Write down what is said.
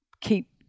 keep